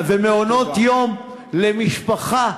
ומעונות-יום למשפחה,